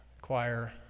choir